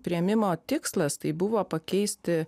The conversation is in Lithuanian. priėmimo tikslas tai buvo pakeisti